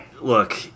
look